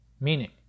meaning